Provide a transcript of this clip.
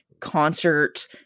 concert